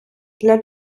для